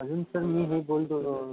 अजून सर मी हे बोलतो